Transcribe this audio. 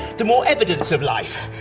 the more evidence of life.